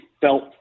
felt